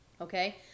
Okay